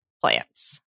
Plants